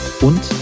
und